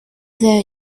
their